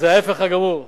זה ההיפך הגמור.